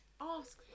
ask